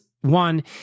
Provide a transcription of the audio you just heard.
one